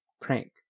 prank